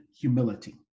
humility